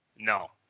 No